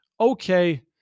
okay